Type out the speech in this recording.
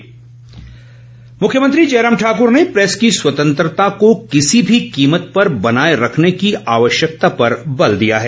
media मुख्यमंत्री जयराम ठाकुर ने press की स्वतंत्रता को किसी भी कीमत पर बनाए रखने की ज़रूरत पर बल दिया हैं